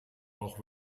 auch